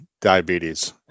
diabetes